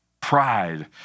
pride